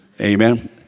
amen